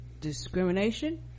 discrimination